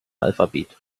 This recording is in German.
alphabet